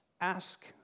ask